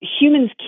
humans